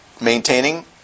maintaining